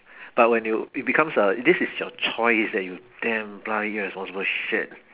but when you it becomes a this is your choice that you damn bloody irresponsible shit